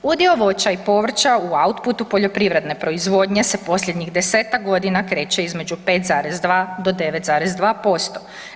Udio voća i povrća u output-u poljoprivredne proizvodnje se posljednjih desetak godina kreće između 5,2-9,2%